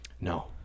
No